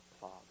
Father